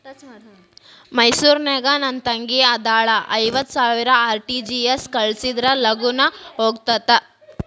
ಮೈಸೂರ್ ನಾಗ ನನ್ ತಂಗಿ ಅದಾಳ ಐವತ್ ಸಾವಿರ ಆರ್.ಟಿ.ಜಿ.ಎಸ್ ಕಳ್ಸಿದ್ರಾ ಲಗೂನ ಹೋಗತೈತ?